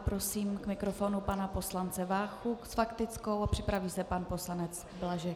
Prosím k mikrofonu pana poslance Váchu s faktickou a připraví se pan poslanec Blažek.